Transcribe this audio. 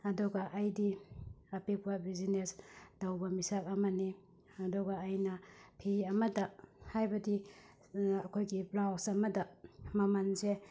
ꯑꯗꯨꯒ ꯑꯩꯗꯤ ꯑꯄꯤꯛꯄ ꯕꯤꯖꯤꯅꯦꯁ ꯇꯧꯕ ꯃꯤꯁꯛ ꯑꯃꯅꯤ ꯑꯗꯨꯒ ꯑꯩꯅ ꯐꯤ ꯑꯃꯗ ꯍꯥꯏꯕꯗꯤ ꯑꯩꯈꯣꯏꯒꯤ ꯕ꯭ꯂꯥꯎꯁ ꯑꯃꯗ ꯃꯃꯜꯁꯦ